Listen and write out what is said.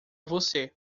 você